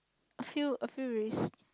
I feel I feel risk